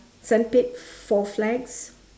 sandpit four flags